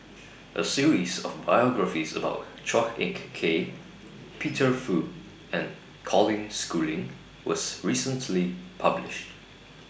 A series of biographies about Chua Ek Kay Peter Fu and Colin Schooling was recently published